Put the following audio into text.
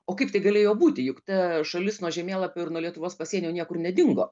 o kaip tai galėjo būti juk ta šalis nuo žemėlapio ir nuo lietuvos pasienio niekur nedingo